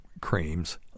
creams